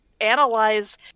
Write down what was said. analyze